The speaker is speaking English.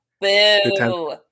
Boo